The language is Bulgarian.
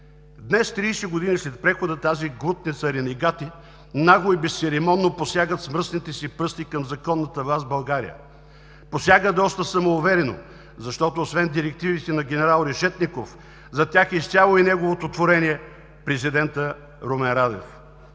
Днес, 30 години след прехода, тази глутница ренегати нагло и безцеремонно посягат с мръсните си пръсти към законната власт в България. Посягат доста самоуверено, защото освен директивите на генерал Решетников, зад тях е изцяло и неговото творение – президентът Румен Радев.